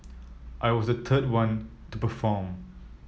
I was the third one to perform